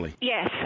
Yes